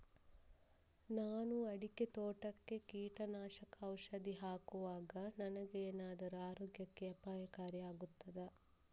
ನಾನು ಅಡಿಕೆ ತೋಟಕ್ಕೆ ಕೀಟನಾಶಕ ಔಷಧಿ ಹಾಕುವಾಗ ನನಗೆ ಏನಾದರೂ ಆರೋಗ್ಯಕ್ಕೆ ಅಪಾಯಕಾರಿ ಆಗುತ್ತದಾ?